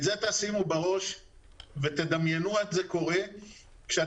את זה תשימו בראש ותדמיינו את זה קורה כשאתם